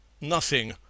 Nothing